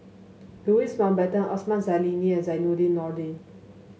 Louis Mountbatten Osman Zailani and Zainudin Nordin